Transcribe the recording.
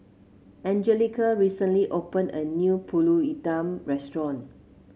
Angelica recently opened a new pulut Hitam Restaurant